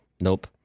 nope